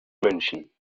münchen